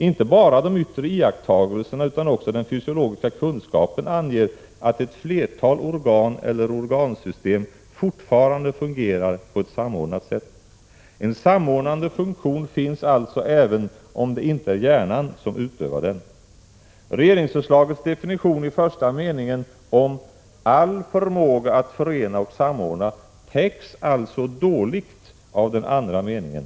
Inte bara de yttre iakttagelserna utan också den fysiologiska kunskapen anger att ett flertal organ eller organsystem fortfarande fungerar på ett samordnat sätt. En samordnande funktion finns alltså även om det inte är hjärnan som utövar den. Definitionen i regeringsförslagets första mening om ”all förmåga att förena och samordna” täcks alltså dåligt av den andra meningen.